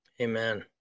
amen